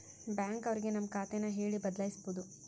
bank ಅವ್ರಿಗೆ ನಮ್ ಖಾತೆ ನ ಹೇಳಿ ಬದಲಾಯಿಸ್ಬೋದು